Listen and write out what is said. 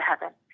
heaven